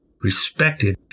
respected